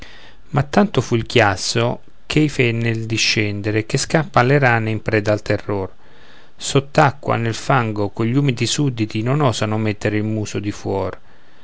ma tanto fu il chiasso ch'ei fe nel discendere che scappan le rane in preda al terror sott'acqua nel fango quegl'umidi sudditi non osano mettere il muso di fuor